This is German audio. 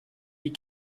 die